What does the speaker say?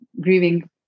grieving